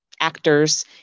actors